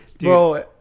Bro